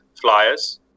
flyers